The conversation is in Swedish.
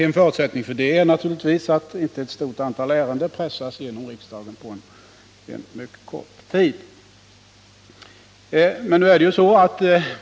En förutsättning härför är naturligtvis att inte ett stort antal ärenden på kort tid pressas igenom här i riksdagen.